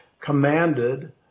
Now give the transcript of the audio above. commanded